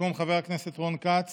במקום חבר הכנסת רון כץ